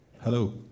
Hello